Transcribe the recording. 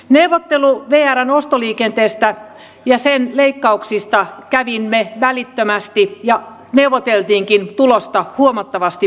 neuvottelun vrn ostoliikenteestä ja sen leikkauksista kävimme välittömästi ja neuvottelimmekin tulosta huomattavasti paremmaksi